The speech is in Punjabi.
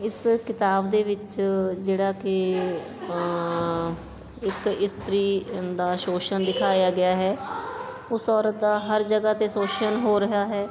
ਇਸ ਕਿਤਾਬ ਦੇ ਵਿੱਚ ਜਿਹੜਾ ਕਿ ਇਕ ਇਸਤਰੀ ਦਾ ਸ਼ੋਸ਼ਣ ਦਿਖਾਇਆ ਗਿਆ ਹੈ ਉਸ ਔਰਤ ਦਾ ਹਰ ਜਗ੍ਹਾ 'ਤੇ ਸ਼ੋਸ਼ਣ ਹੋ ਰਿਹਾ ਹੈ